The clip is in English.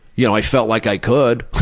you know, i felt like i could.